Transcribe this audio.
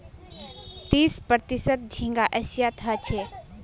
तीस प्रतिशत झींगा एशियात ह छे